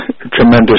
tremendous